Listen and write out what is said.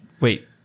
Wait